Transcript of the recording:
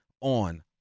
on